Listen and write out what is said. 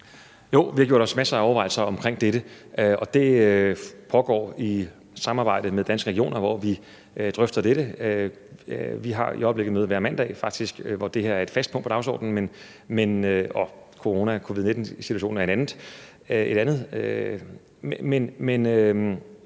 Vi har gjort os masser af overvejelser omkring dette, og det pågår i samarbejde med Danske Regioner, hvor vi drøfter dette. Vi har i øjeblikket møde hver mandag faktisk, hvor det her er et fast punkt på dagsordenen, og